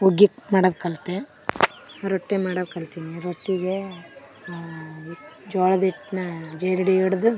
ಹುಗ್ಗಿ ಮಾಡೋದ್ ಕಲಿತೆ ರೊಟ್ಟಿ ಮಾಡೋದ್ ಕಲ್ತಿನಿ ರೊಟ್ಟಿಗೇ ಹಿಟ್ ಜೋಳದ್ ಹಿಟ್ನ ಜರಡಿ ಹಿಡ್ದು